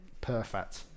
Perfect